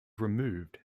removed